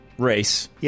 race